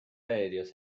aéreos